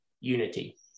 unity